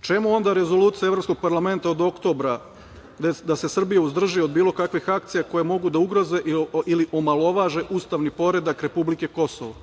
čemu onda Rezolucija Evropskog parlamenta od oktobra, da se Srbija uzdrži od bilo kakvih akcija koje mogu da ugroze ili omalovaže ustavni poredak republike Kosovo.